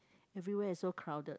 everywhere is so crowded